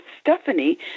Stephanie